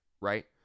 right